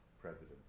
president